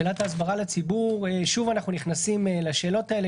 שאלת ההסברה לציבור שוב אנחנו נכנסים לשאלות האלה,